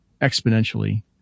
exponentially